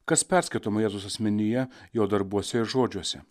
kas perskaitoma jėzaus asmenyje jo darbuose ir žodžiuose